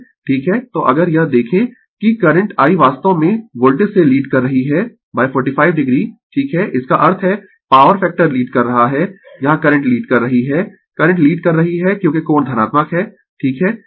तो अगर यह देखें कि करंट I वास्तव में वोल्टेज से लीड कर रही है 45 o ठीक है इसका अर्थ है पॉवर फैक्टर लीड कर रहा है यहाँ करंट लीड कर रही है करंट लीड कर रही है क्योंकि कोण धनात्मक है ठीक है